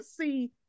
see